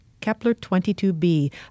Kepler-22b